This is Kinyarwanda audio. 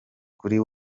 kuri